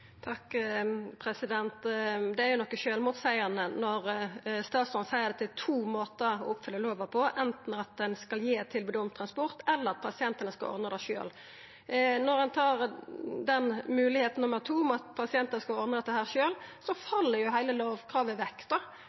Det er jo noko sjølvmotseiande når statsråden seier at det er to måtar å oppfylla lova på, anten at ein skal gi eit tilbod om transport, eller at pasientane skal ordna det sjølve. Når ein tar moglegheit nummer to, at pasientane skal ordna dette sjølve, fell jo heile lovkravet